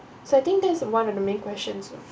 so I think that is one of the main questions